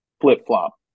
flip-flop